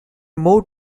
moved